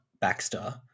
Baxter